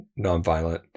nonviolent